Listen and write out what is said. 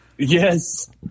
Yes